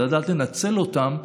ולדעת לנצל אותם,